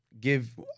give